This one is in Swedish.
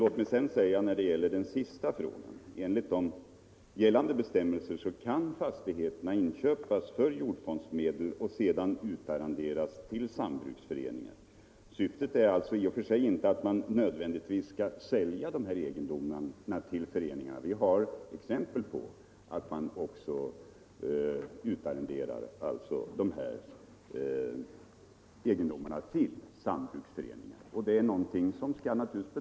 Låt mig sedan beträffande den sista frågan säga att enligt gällande bestämmelser kan fastigheterna inköpas för jordfondsmedel och utarrenderas till sambruksföreningar. Syftet är alltså i och för sig inte att man nödvändigtvis skall sälja ifrågavarande egendomar till förening. Vi utarrenderar sådana egendomar till sambruksföreningar.